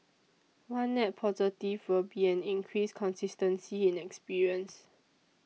one net positive will be an increased consistency in experience